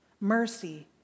Mercy